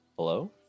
Hello